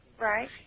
Right